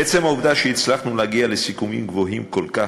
עצם העובדה שהצלחנו להגיע לסיכומים גבוהים כל כך,